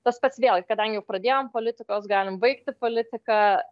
tas pats vėl kadangi jau pradėjom politikos galim baigti politiką